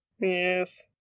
Yes